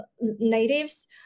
natives